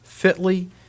fitly